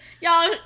Y'all